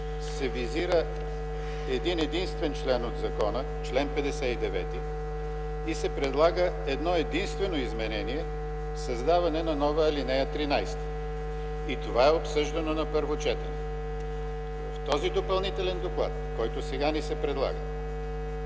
се визира един-единствен член от закона – чл. 59, и се предлага едно-единствено изменение – създаване на нова ал. 13. И това е обсъждано на първо четене. В този допълнителен доклад, който сега ни се предлага,